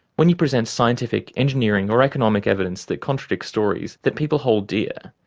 when you present scientific, engineering, or economic evidence that contradicts stories that people hold dear,